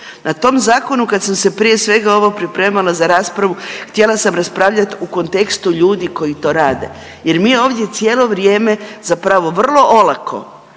Na tom zakonu kad sam se prije svega ovo pripremala za raspravu htjela sam raspravljat u kontekstu ljudi koji to rade jer mi ovdje cijelo vrijeme zapravo vrlo olako